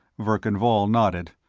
verkan vall nodded.